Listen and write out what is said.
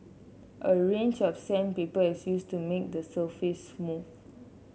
a range of sandpaper is used to make the surface smooth